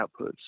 outputs